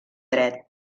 dret